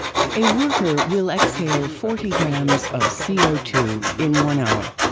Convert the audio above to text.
a worker will exhale forty grams of c o two in one hour.